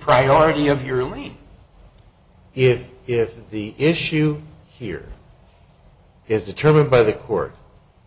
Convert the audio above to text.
priority of your only if if the issue here is determined by the court